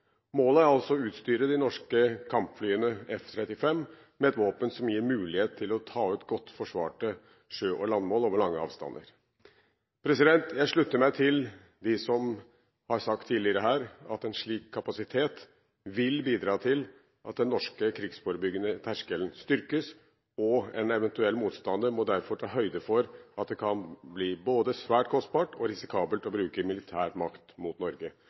Målet er altså å utstyre de norske kampflyene, F-35, med et våpen som gir mulighet til å ta ut godt forsvarte sjø- og landmål over lange avstander. Jeg slutter meg til dem som tidligere har sagt at en slik kapasitet vil bidra til at den norske krigsforebyggende terskelen styrkes, og at en eventuell motstander derfor må ta høyde for at det kan bli både svært kostbart og risikabelt å bruke militærmakt mot Norge.